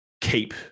keep